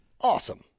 awesome